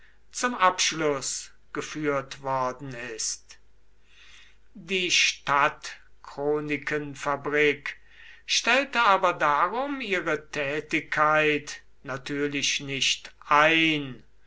zum abschluß geführt worden ist die stadtchronikenfabrik stellte aber darum ihre tätigkeit natürlich nicht ein